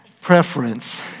preference